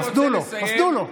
אז תנו לו.